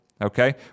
okay